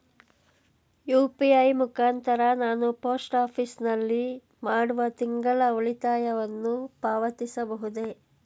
UPI ಮುಖಾಂತರ ನಾನು post office ನಲ್ಲಿ ಮಾಡುವ ತಿಂಗಳ ಉಳಿತಾಯವನ್ನು ಪಾವತಿಸಬಹುದೇ?